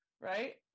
Right